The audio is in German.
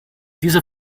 diese